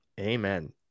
Amen